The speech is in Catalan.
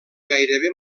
gairebé